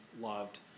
loved